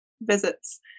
visits